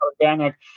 organic